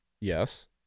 Yes